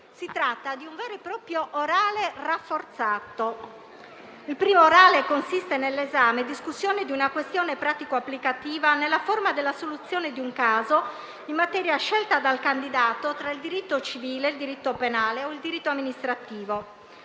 Si tratta di un vero e proprio orale rafforzato. Il primo orale dell'esame consiste nella discussione di una questione pratica applicativa nella forma della soluzione di un caso in materia a scelta dal candidato tra il diritto civile, il diritto penale o il diritto amministrativo.